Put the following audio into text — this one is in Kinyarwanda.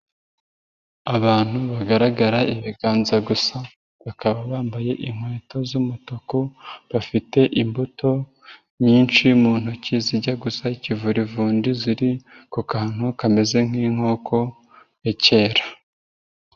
Abantu bagaragara ibiganza gusa, bakaba bambaye inkweto z'umutuku, bafite imbuto nyinshi mu ntoki zijya gusa ikivurivundi, ziri ku kantu kameze nk'inkoko ya kera.